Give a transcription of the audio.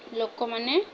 ଲୋକମାନେ